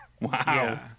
Wow